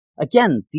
Again